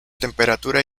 temperatura